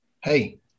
hey